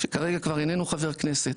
שכרגע כבר איננו חבר כנסת,